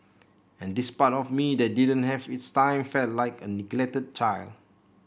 and this part of me that didn't have its time felt like a neglected child